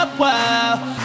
wow